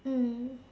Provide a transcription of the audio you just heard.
mm